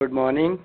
good morning